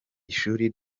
ishuri